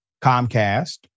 Comcast